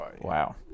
Wow